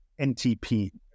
NTP